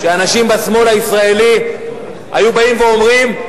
שאנשים בשמאל הישראלי היו באים ואומרים: